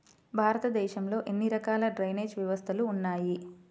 భారతదేశంలో ఎన్ని రకాల డ్రైనేజ్ వ్యవస్థలు ఉన్నాయి?